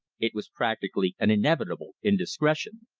it was practically an inevitable indiscretion.